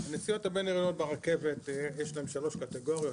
נסיעות בינעירוניות ברכבת יש להם שלוש קטגוריות,